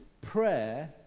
prayer